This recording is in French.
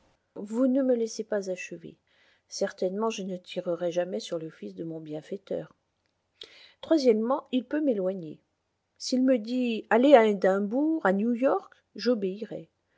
vous ne me laissez pas achever certainement je ne tirerai jamais sur le fils de mon bienfaiteur o il peut m'éloigner s'il me dit allez à edimbourg à